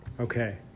Okay